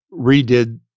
redid